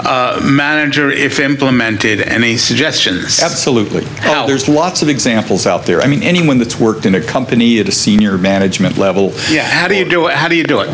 or manager if implemented any suggestion absolutely there's lots of examples out there i mean anyone that's worked in a company at a senior management level how do you do it how do you do it